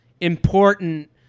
important